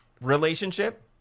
relationship